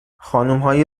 خانمهای